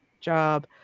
job